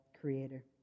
creator